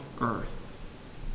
earth